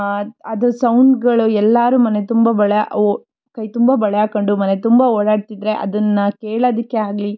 ಅದು ಅದ್ರ ಸೌಂಡ್ಗಳು ಎಲ್ಲರು ಮನೆ ತುಂಬ ಬಳೆ ಒ ಕೈ ತುಂಬ ಬಳೆ ಹಾಕೊಂಡು ಮನೆ ತುಂಬ ಓಡಾಡ್ತಿದ್ದರೆ ಅದನ್ನು ಕೇಳೋದಿಕ್ಕೆ ಆಗಲಿ